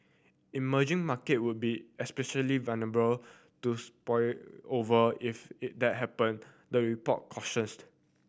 emerging market would be especially vulnerable to spillover if is that happen the report